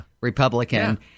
Republican